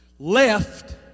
left